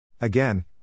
Again